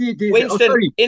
Winston